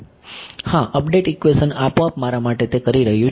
હા update equation આપોઆપ મારા માટે તે કરી રહ્યું છે